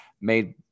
made